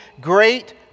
great